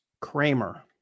Kramer